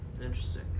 Interesting